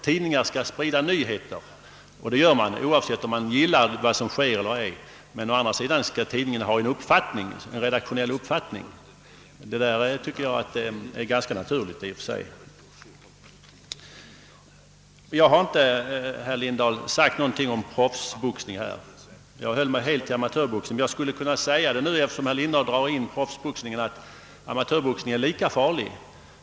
Tidningar skall sprida nyheter, och det gör de oavsett om de gillar vad som sker eller ej. Å andra sidan skall tidningen ha en redaktionell uppfattning. Detta är i och för sig ganska naturligt. Jag har inte, herr Lindahl, sagt någonting om proffsboxning; jag har hela tiden hållit mig till amatörboxningen. Eftersom herr Lindahl drar in proffsboxningen skulle jag emellertid kunna påpeka att amatörboxningen är lika farlig.